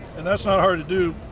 and that's not hard to do,